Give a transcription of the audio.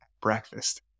breakfast